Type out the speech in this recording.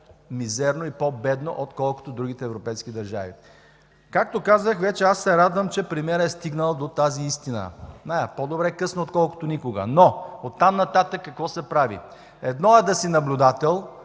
по-мизерно и по-бедно, отколкото другите европейски държави. Както вече казах, радвам се, че премиерът е стигнал до тази истина. По-добре късно, отколкото никога! Но от там нататък какво се прави? Едно е да си наблюдател,